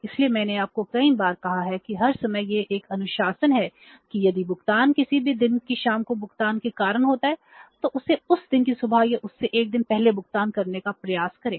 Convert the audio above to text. इसलिए मैंने आपको कई बार कहा कि हर समय यह एक अनुशासन है कि यदि भुगतान किसी भी दिन की शाम को भुगतान के कारण होता है तो इसे उस दिन की सुबह या उससे एक दिन पहले भुगतान करने का प्रयास करें